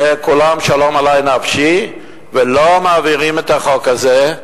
וכולם שלום עלי נפשי, ולא מעבירים את החוק הזה,